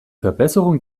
verbesserung